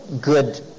good